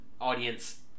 audience